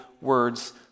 words